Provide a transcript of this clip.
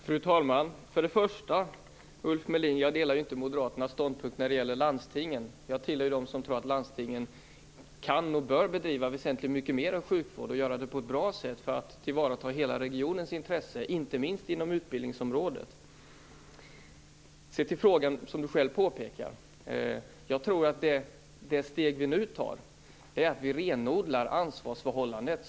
Fru talman! Det första jag vill säga, Ulf Melin, är att jag inte delar Moderaternas ståndpunkt när det gäller landstingen. Jag tillhör ju dem som tror att landstingen kan och bör bedriva väsentligt mycket mer än sjukvård, och göra det på ett bra sätt för att tillvarata hela regionens intresse, inte minst inom utbildningsområdet. Sedan till frågan som Ulf Melin själv påpekar. Jag tror att det steg som vi nu tar är att vi renodlar ansvarsförhållandet.